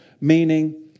Meaning